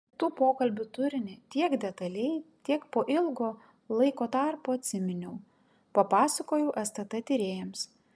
tų pokalbių turinį tiek detaliai kiek po ilgo laiko tarpo atsiminiau papasakojau stt tyrėjams